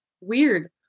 Weird